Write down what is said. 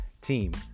team